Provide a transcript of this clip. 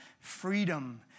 freedom